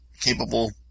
capable